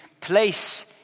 place